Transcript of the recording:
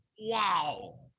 wow